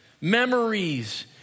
memories